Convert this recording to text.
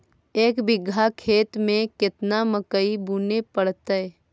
एक बिघा खेत में केतना मकई बुने पड़तै?